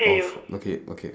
of okay okay